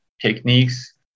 techniques